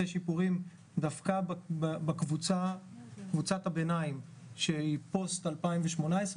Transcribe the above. שיפורים דווקא בקבוצת הביניים שהיא פוסט 2018,